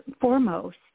foremost